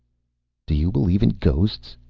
do you believe in ghosts?